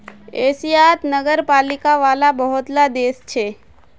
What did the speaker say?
एशियात नगरपालिका वाला बहुत ला देश छे